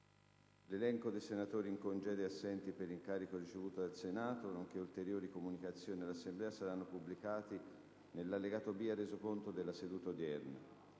L'elenco dei senatori in congedo e assenti per incarico ricevuto dal Senato, nonché ulteriori comunicazioni all'Assemblea saranno pubblicati nell'allegato B al Resoconto della seduta odierna.